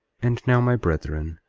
and now, my brethren,